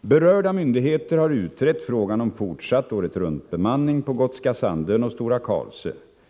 Berörda myndigheter har utrett frågan om fortsatt åretruntbemanning på Gotska Sandön och Stora Karlsö.